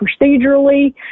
procedurally